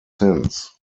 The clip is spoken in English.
since